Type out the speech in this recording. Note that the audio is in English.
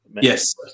Yes